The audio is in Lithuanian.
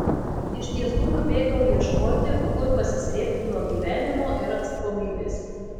iš tiesų nubėgau ieškoti kur pasislėpti nuo gyvenimo ir atsakomybės